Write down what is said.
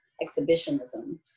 Exhibitionism